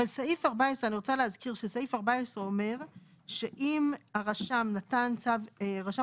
אני רוצה להזכיר שסעיף 14 אומר שאם נתן רשם